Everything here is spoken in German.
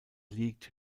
liegt